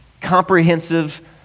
Comprehensive